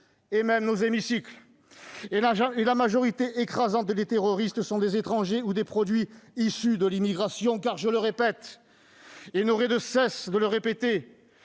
et, même, nos hémicycles. Et la majorité écrasante des terroristes sont des étrangers ou des produits issus de l'immigration. De fait, je n'aurai de cesse de le répéter,